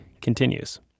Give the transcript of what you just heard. continues